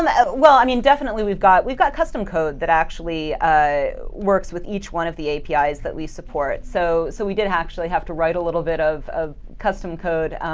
um ah well, i mean definitely, we've got we've got custom code that actually works with each one of the apis that we support. so so we did actually have to write a little bit of ah custom code.